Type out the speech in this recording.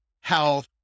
health